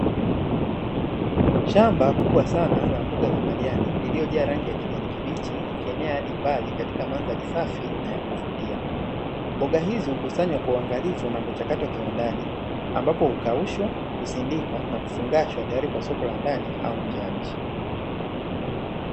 Shamba kubwa sana la mbogamboga lililojaa rangi ya kijani kibichi ikienea hadi mbali katika mandhari safi na ya kuvutia, mboga hizo hukusanywa kwa uangalifu na kuchakatwa kiwandani, ambapo hukaushwa, husindikwa na kufungashwa tayari kwa soko la ndani na nje ya nchi.